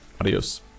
Adios